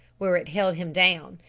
where it held him down.